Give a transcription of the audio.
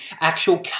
actual